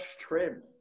trim